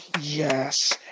yes